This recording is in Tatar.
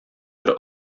бер